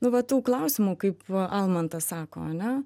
nu va tų klausimų kaip almantas sako ane